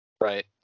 right